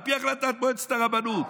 על פי החלטת מועצת הרבנות,